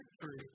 victory